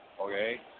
okay